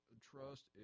trust